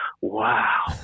Wow